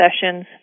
sessions